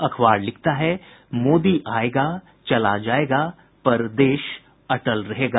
अखबार लिखता है मोदी आयेगा चला जायेगा पर देश अटल रहेगा